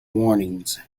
warnings